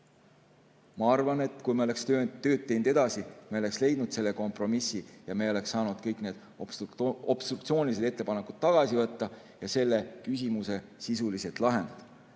Ma arvan, et kui me oleksime teinud tööd edasi, siis me oleksime leidnud kompromissi, me oleksime saanud kõik need obstruktsioonilised ettepanekud tagasi võtta ja selle küsimuse sisuliselt lahendada.